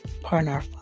partner